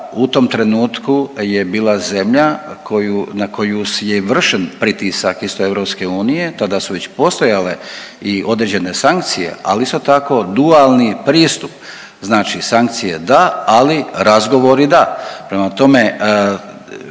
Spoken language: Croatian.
u tom trenutku je bila zemlja na koju je vršen pritisak isto Europske unije. Tada su već postojale i određene sankcije, ali isto tako dualni pristup, znači sankcije da, ali razgovori da. Prema tome,